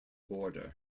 border